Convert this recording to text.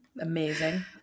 Amazing